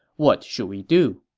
what should we do?